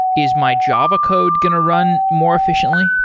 is my java code going to run more efficiently?